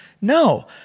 No